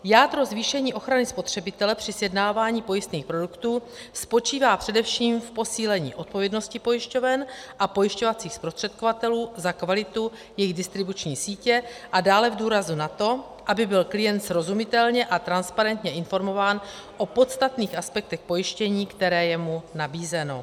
Jádro zvýšení ochrany spotřebitele při sjednávání pojistných produktů spočívá především v posílení odpovědnosti pojišťoven a pojišťovacích zprostředkovatelů za kvalitu jejich distribuční sítě a dále v důrazu na to, aby byl klient srozumitelně a transparentně informován o podstatných aspektech pojištění, které je mu nabízeno.